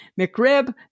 McRib